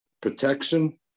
protection